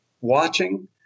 watching